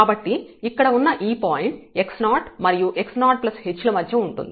కాబట్టి ఇక్కడ ఉన్న ఈ పాయింట్ x0 మరియు x0h ల మధ్య ఉంటుంది